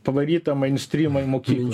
pavarytą mainstrymą į mokyklą